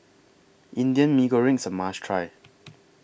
Indian Mee Goreng IS A must Try